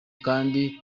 kandi